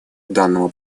данному